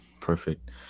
perfect